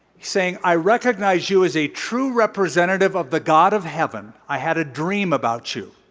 saying, i recognize you as a true representative of the god of heaven. i had a dream about you.